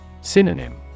Synonym